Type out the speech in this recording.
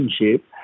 relationship